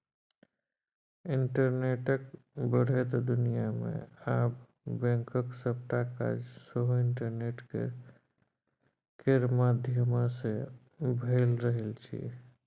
इंटरनेटक बढ़ैत दुनियाँ मे आब बैंकक सबटा काज सेहो इंटरनेट केर माध्यमसँ भए रहल छै